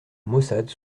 maussade